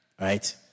Right